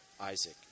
Isaac